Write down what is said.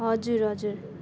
हजुर हजुर